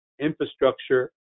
infrastructure